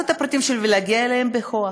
את הפרטים שלהם ולהגיע אליהם בכוח.